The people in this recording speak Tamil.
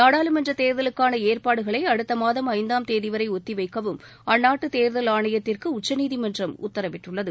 நாடாளுமன்றத் தேர்தலுக்கான ஏற்பாடுகளை அடுத்த மாதம் ஐந்தாம் தேதிவரை ஒத்தி வைக்கவும் அந்நாட்டு தேர்தல் ஆணையத்திற்கு உச்சநீதிமன்றம் உத்தரவிட்டுள்ளது